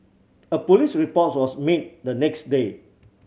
a police reports was made the next day